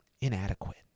inadequate